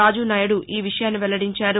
రాజునాయుడు ఈ విషయాన్ని వెల్లడించారు